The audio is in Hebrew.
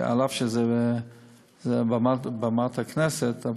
אף שזאת במת הכנסת,